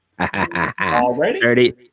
Already